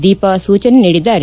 ದೀಪಾ ಸೂಚನೆ ನೀಡಿದ್ದಾರೆ